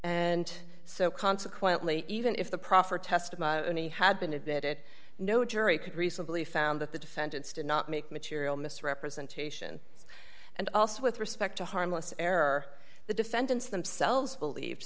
and so consequently even if the proffer testimony had been admitted it no jury could reasonably found that the defendants did not make material misrepresentation and also with respect to harmless error the defendants themselves believed